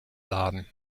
laden